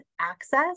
access